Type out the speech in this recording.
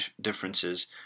differences